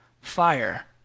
fire